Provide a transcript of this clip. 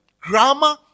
grammar